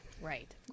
Right